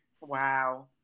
Wow